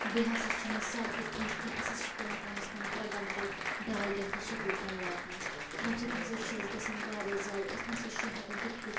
بیٚیہِ ہَسا چھَنہٕ اسہِ سڑکہٕ ٹھیٖک کیٚنٛہہ اسہِ ہَسا چھُ پیٚوان کَم از کَم ترٛےٚ گھنٛٹہٕ ڈھاے گھنٛٹہٕ سُکوٗل تام واتنَس اَمہِ سۭتۍ ہَسا چھُ اسہِ گَژھان واریٖاہ زیادٕ أسۍ نَہ سا چھِ ہیٚکان تِتھ کٔٹھۍ